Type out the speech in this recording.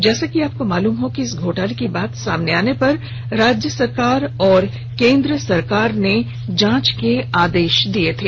जैसा कि आपको मालूम हो कि इस घोटाले की बात सामने आने पर राज्य सरकार और केंद्र सरकार ने जांच के आदेश दिये थे